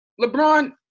LeBron